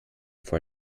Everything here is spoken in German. vor